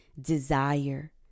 desire